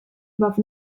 above